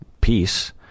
peace